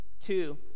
two